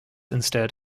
instead